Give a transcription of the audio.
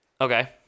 Okay